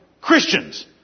Christians